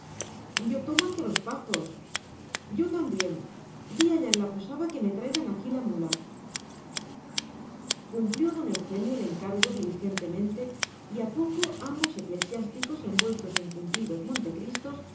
también di allá en la posada que me traigan aquí la mula cumplió don eugenio el encargo diligentemente y a poco ambos eclesiásticos envueltos en cumplidos montecristos